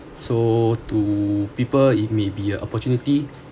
so to people it may be a opportunity